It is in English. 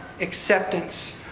acceptance